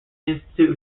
institute